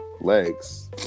Legs